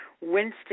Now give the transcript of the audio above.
Winston